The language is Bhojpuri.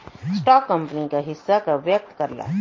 स्टॉक कंपनी क हिस्सा का व्यक्त करला